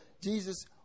Jesus